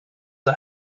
are